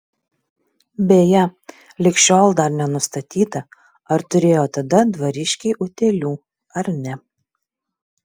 beje lig šiol dar nenustatyta ar turėjo tada dvariškiai utėlių ar ne